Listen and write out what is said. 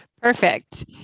Perfect